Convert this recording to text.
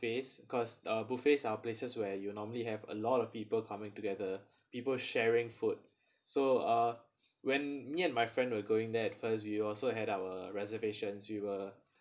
cause uh buffet are places where you normally have a lot of people coming together people sharing food so uh when me and my friend were going there first we also had our reservations we were